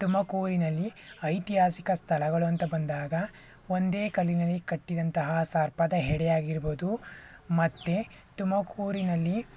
ತುಮಕೂರಿನಲ್ಲಿ ಐತಿಹಾಸಿಕ ಸ್ಥಳಗಳು ಅಂತ ಬಂದಾಗ ಒಂದೇ ಕಲ್ಲಿನಲ್ಲಿ ಕಟ್ಟಿದಂತಹ ಸರ್ಪದ ಹೆಡೆಯಾಗಿರಬಹುದು ಮತ್ತು ತುಮಕೂರಿನಲ್ಲಿ